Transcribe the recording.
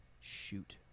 shoot